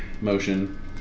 motion